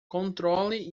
controle